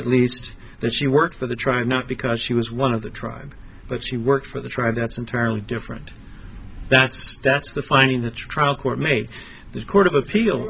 at least that she worked for the trying not because she was one of the tribe but she worked for the tribe that's entirely different that's that's the finding the trial court made the court of appeal